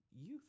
youth